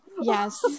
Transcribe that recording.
Yes